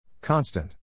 Constant